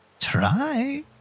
Try